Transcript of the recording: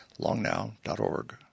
longnow.org